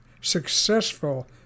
successful